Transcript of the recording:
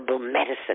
Medicine